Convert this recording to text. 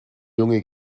junge